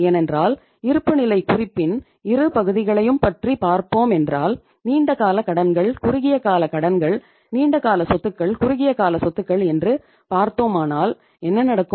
ஏனென்றால் இருப்புநிலைக் குறிப்பின் இரு பகுதிகளையும் பற்றி பார்ப்போம் என்றால் நீண்ட கால கடன்கள் குறுகிய கால கடன்கள் நீண்ட கால சொத்துக்கள் குறுகிய கால சொத்துக்கள் என்று பார்த்தோமானால் என்ன நடக்கும்